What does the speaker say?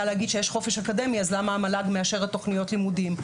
להגיד שיש חופש אקדמי אז למה המל"ג מאשרת תוכניות לימודים.